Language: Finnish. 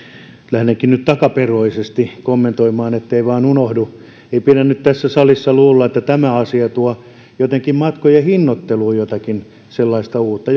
lähdenkin nyt takaperoisesti kommentoimaan ettei vain unohdu ei pidä nyt tässä salissa luulla että tämä asia tuo jotenkin matkojen hinnoitteluun jotakin sellaista uutta